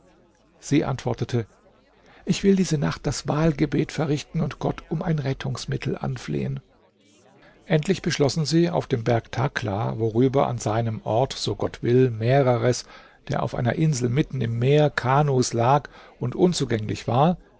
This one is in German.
sie antwortete ich will diese nacht das wahlgebet verrichten und gott um ein rettungsmittel anflehen endlich beschlossen sie auf dem berg takla worüber an seinem ort so gott will mehreres der auf einer insel mitten im meer kanus lag und unzugänglich war